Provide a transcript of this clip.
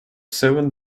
seven